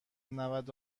نود